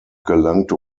gelangte